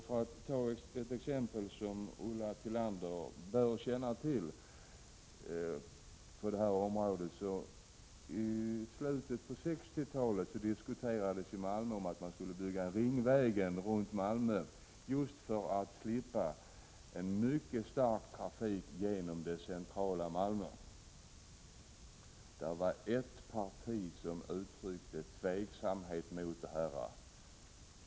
För att ta ett exempel på det här området som Ulla Tillander bör känna till, kan jag nämna att det i slutet på 1960-talet diskuterades i Malmö att man skulle bygga en ringväg runt staden för att slippa en mycket stark trafik genom det centrala Malmö. Det var ett parti som uttryckte tveksamhet mot förslaget.